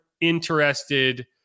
interested